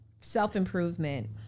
Self-improvement